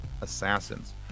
Assassins